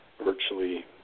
virtually